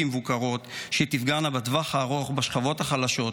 מבוקרות שתפגענה בטווח הארוך בשכבות החלשות,